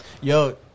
Yo